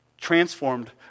Transformed